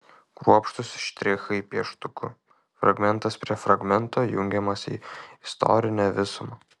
kruopštūs štrichai pieštuku fragmentas prie fragmento jungiamas į istorinę visumą